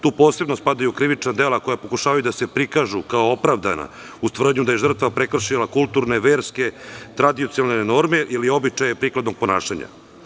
Tu posebno spadaju krivična dela koja pokušavaju da se prikažu kao opravdana, uz tvrdnju da je žrtva prekršila kulturne, verske, tradicionalne norme ili običaje prikladnog ponašanja.